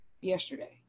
yesterday